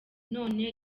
none